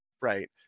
right